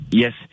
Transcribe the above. yes